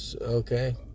Okay